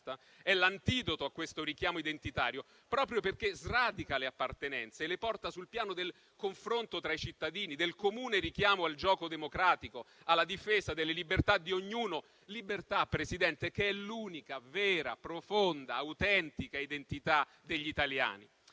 è l'antidoto a questo richiamo identitario, proprio perché sradica le appartenenze e le porta sul piano del confronto tra i cittadini, del comune richiamo al gioco democratico, alla difesa delle libertà di ognuno. Libertà, Presidente, che è l'unica vera, profonda, autentica identità degli italiani.